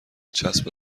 چسب